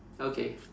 okay